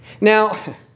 Now